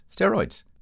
steroids